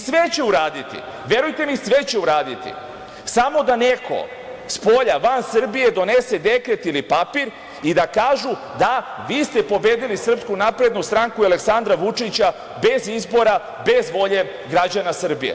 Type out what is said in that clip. Sve će uraditi, verujte mi, sve će uraditi, samo da neko spolja, van Srbije donese dekret ili papir i da kažu – da, vi ste pobedili SNS i Aleksandra Vučića bez izbora, bez volje građana Srbije.